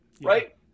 right